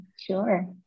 Sure